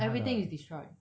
everything is destroyed